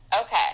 Okay